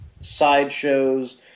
sideshows